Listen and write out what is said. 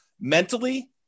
mentally